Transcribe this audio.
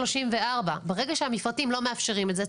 34. ברגע שהמפרטים לא מאפשרים את זה,